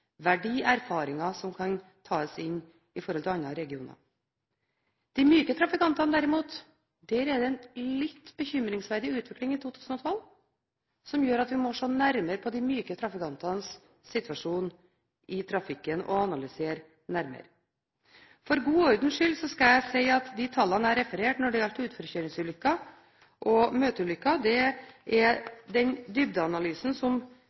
som kan brukes med tanke på andre regioner. Når det gjelder de myke trafikantene, har det derimot vært en litt bekymringsverdig utvikling i 2012, som gjør at vi må se nærmere på disse trafikantenes situasjon i trafikken, analysere nærmere. For god ordens skyld vil jeg si at de tallene jeg refererte når det gjaldt utforkjøringsulykker og møteulykker, er hentet fra den dybdeanalysen